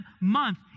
month